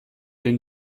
den